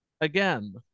again